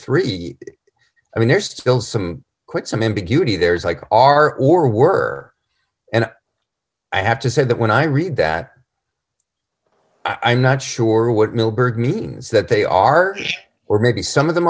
three i mean there's still some quite some ambiguity there is like are or were and i have to say that when i read that i'm not sure what milburgh means that they are or maybe some of them